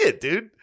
dude